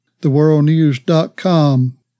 theworldnews.com